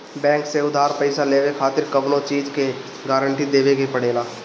bank से उधार पईसा लेवे खातिर कवनो चीज के गारंटी देवे के पड़ेला